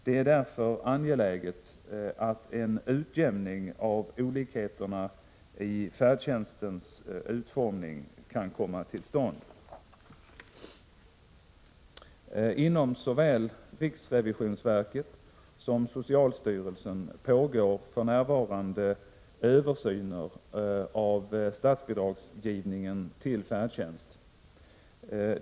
Det är därför angeläget att en utjämning av olikheterna i färdtjänstens utformning kan komma till stånd. Inom såväl riksrevisionsverket som socialstyrelsen pågår för närvarande översyner av statsbidragsgivningen till färdtjänst.